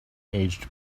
aged